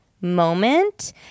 moment